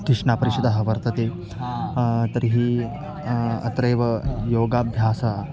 अकिष्णा परिषदः वर्तते तर्हि अत्रैव योगाभ्यासः